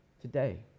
Today